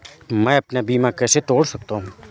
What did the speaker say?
मैं अपना बीमा कैसे तोड़ सकता हूँ?